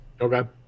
Okay